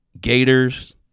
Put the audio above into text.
Gators